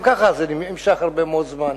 גם ככה זה נמשך הרבה מאוד זמן.